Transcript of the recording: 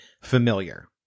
familiar